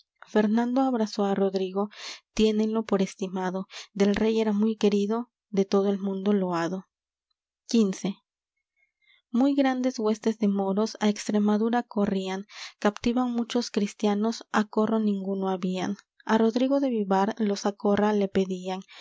fernando abrazó á rodrigo tiénenlo por estimado del rey era muy querido de todo el mundo loado xv muy grandes huestes de moros á extremadura corrían captivan muchos cristianos acorro ninguno habían á rodrigo de vivar los acorra